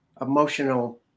emotional